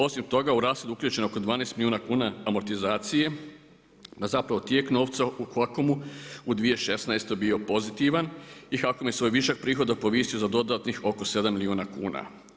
Osim toga u rashod je uključeno oko 12 milijuna kuna amortizacije, a zapravo tijek novca u HAKOM-u u 2016. bio pozitivan i HAKOM je svoj višak prihoda povisio za dodatnih oko 7 milijuna kuna.